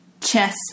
chess